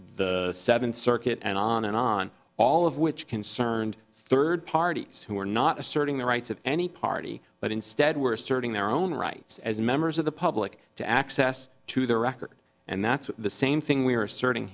the seventh circuit and on and on all of which concerned third parties who are not asserting the rights of any party but instead were asserting their own rights as members of the public to access to the record and that's the same thing we are asserting